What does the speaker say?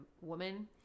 woman